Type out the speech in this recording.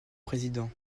président